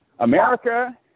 America